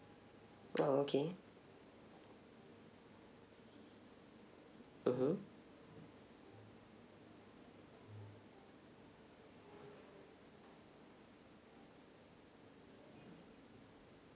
oh okay mmhmm